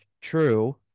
true